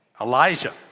Elijah